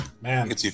man